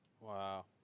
Wow